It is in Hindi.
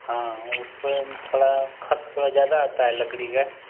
हाँ उसके थोड़ा खर्च थोड़ा ज्यादा आता है लकड़ी का